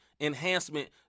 enhancement